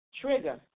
trigger